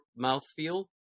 mouthfeel